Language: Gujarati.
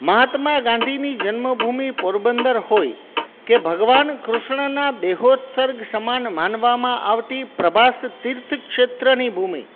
મહાત્મા ગાંધીની જન્મભૂમિ પોરબંદર હોય કે ભગવાન કૃષ્ણના દેહોત્સર્ગ સમાન માનવામાં આવતી પ્રભાસ તીર્થ ક્ષેત્રની ભૂમિ